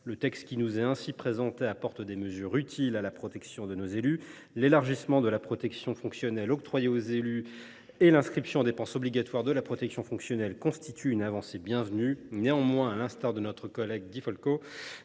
Le texte qui nous est ainsi présenté apporte des mesures utiles à la protection de nos élus. L’élargissement de la protection fonctionnelle octroyée aux élus et l’inscription en dépense obligatoire de la protection fonctionnelle constituent des avancées bienvenues. Néanmoins, à l’instar de notre collègue Catherine